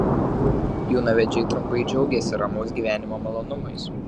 jaunavedžiai trumpai džiaugiasi ramaus gyvenimo malonumais